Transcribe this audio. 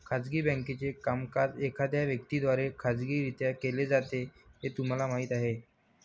खाजगी बँकेचे कामकाज एखाद्या व्यक्ती द्वारे खाजगीरित्या केले जाते हे तुम्हाला माहीत आहे